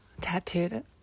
tattooed